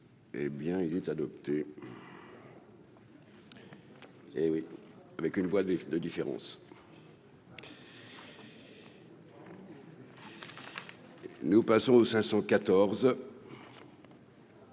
Eh bien il est adopté. Hé oui, avec une voix de de différence. Nous passons au 514.